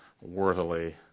worthily